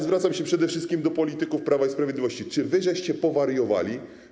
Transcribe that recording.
Zwracam się przede wszystkim do polityków Prawa i Sprawiedliwości: Czy wy powariowaliście?